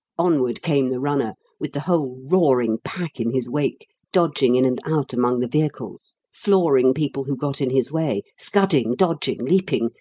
onward came the runner, with the whole roaring pack in his wake, dodging in and out among the vehicles, flooring people who got in his way, scudding, dodging, leaping,